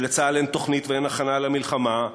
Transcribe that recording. שלצה"ל אין תוכנית ואין הכנה למלחמה,